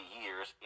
years